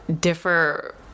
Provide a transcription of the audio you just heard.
differ